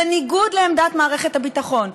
בניגוד לעמדת מערכת הביטחון,